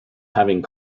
having